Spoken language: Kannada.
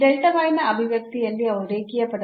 ಈ ನ ಅಭಿವ್ಯಕ್ತಿಯಲ್ಲಿ ಅವು ರೇಖೀಯ ಪದಗಳಾಗಿವೆ